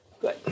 Good